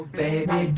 baby